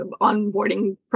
onboarding